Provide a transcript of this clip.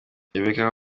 rebecca